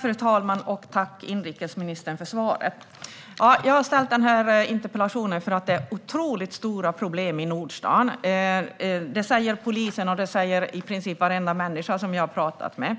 Fru talman! Tack, inrikesministern, för svaret! Jag har ställt den här interpellationen för att det är otroligt stora problem i Nordstan. Det säger polisen, och det säger i princip varenda människa som jag har pratat med.